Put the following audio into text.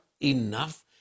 enough